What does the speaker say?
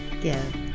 give